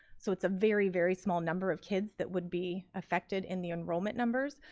so it's a very, very small number of kids that would be affected in the enrollment numbers,